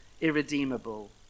irredeemable